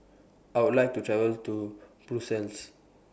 I Would like to travel to Brussels